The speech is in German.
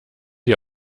die